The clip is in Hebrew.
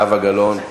זהבה גלאון,